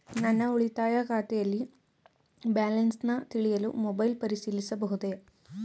ನನ್ನ ಉಳಿತಾಯ ಖಾತೆಯಲ್ಲಿ ಬ್ಯಾಲೆನ್ಸ ತಿಳಿಯಲು ಮೊಬೈಲ್ ಪರಿಶೀಲಿಸಬಹುದೇ?